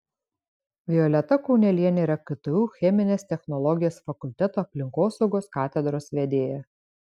violeta kaunelienė yra ktu cheminės technologijos fakulteto aplinkosaugos katedros vedėja